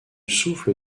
souffle